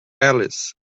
alice